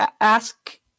ask